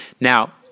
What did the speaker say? Now